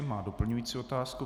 Má doplňující otázku.